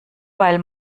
weil